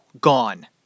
gone